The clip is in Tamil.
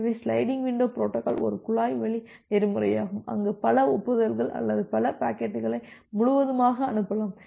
எனவே சிலைடிங் விண்டோ பொரோட்டோகால் ஒரு குழாய் வரி நெறிமுறையாகும் அங்கு பல ஒப்புதல்கள் அல்லது பல பாக்கெட்டுகளை முழுவதுமாக அனுப்பலாம்